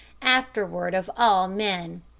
afterward of all men.